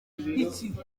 iki